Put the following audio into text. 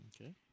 Okay